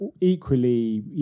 equally